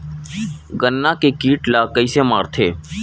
गन्ना के कीट ला कइसे मारथे?